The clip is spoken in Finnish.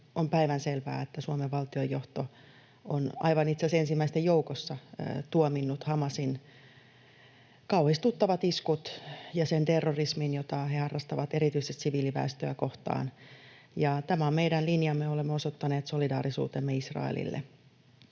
On päivänselvää, että Suomen valtionjohto on aivan itse asiassa ensimmäisten joukossa tuominnut Hamasin kauhistuttavat iskut ja sen terrorismin, jota he harrastavat erityisesti siviiliväestöä kohtaan. Tämä on meidän linjamme, olemme osoittaneet solidaarisuutemme Israelille.